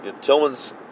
Tillman's